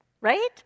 Right